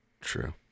True